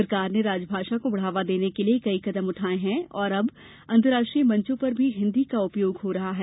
सरकार ने राजभाषा को बढ़ावा देने के लिए कई कदम उठाए हैं और अब अंतर्राष्ट्रीय मंचों पर भी हिन्दी का उपयोग हो रहा है